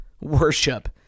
worship